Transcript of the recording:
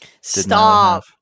Stop